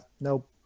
nope